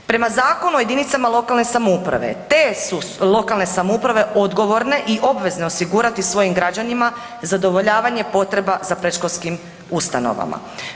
Prema Zakonu o jedinicama lokalne samouprave te su lokalne samouprave odgovorne i obvezne osigurati svojim građanima zadovoljavanje potreba za predškolskim ustanovama.